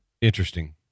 interesting